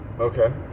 okay